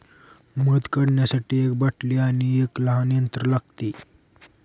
मध काढण्यासाठी एक बाटली आणि एक लहान यंत्र लागते